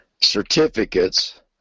certificates